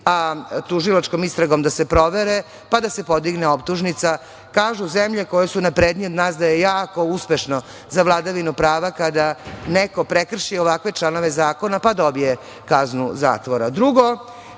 a tužilačkom istragom da se provere, pa da se podigne optužnica? Kažu zemlje koje su naprednije od nas da je jako uspešno za vladavinu prava kada neko prekrši ovakve članove zakona pa dobije kaznu zatvora. Drugo,